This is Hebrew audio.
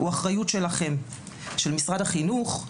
הוא האחריות שלכם: של משרד החינוך,